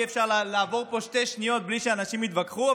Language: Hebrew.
אי-אפשר לעבור פה שתי שניות בלי שאנשים יתווכחו.